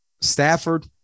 Stafford